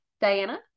Diana